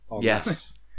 Yes